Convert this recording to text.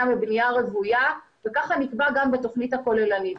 מבנייה רוויה וככה נקבע גם בתוכנית הכוללנית.